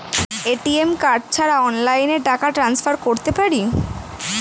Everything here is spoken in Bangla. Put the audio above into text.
এ.টি.এম কার্ড ছাড়া অনলাইনে টাকা টান্সফার করতে পারি?